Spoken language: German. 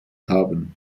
haben